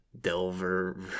delver